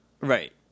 Right